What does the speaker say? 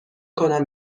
کنم